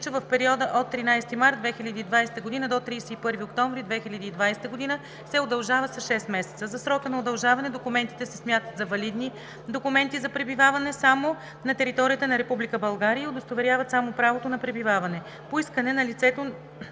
в периода от 13 март 2020 г. до 31 октомври 2020 г., се удължава с 6 месеца. За срока на удължаване документите се смятат за валидни документи за пребиваване само на територията на Република България и удостоверяват само правото на пребиваване. По искане на лицето